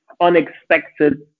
unexpected